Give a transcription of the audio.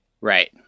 Right